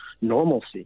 normalcy